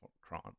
crime